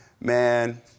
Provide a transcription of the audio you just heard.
Man